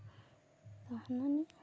ᱟᱨ ᱦᱟᱱᱟ ᱱᱤᱭᱟᱹ